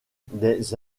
des